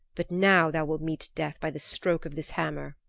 but now thou wilt meet death by the stroke of this hammer.